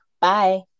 Bye